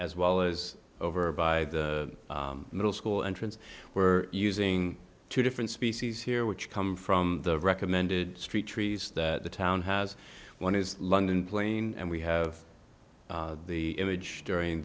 as well as over by the middle school entrance we're using two different species here which come from the recommended street trees that the town has one is london plain and we have the image during